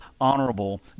honorable